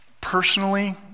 Personally